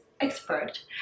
expert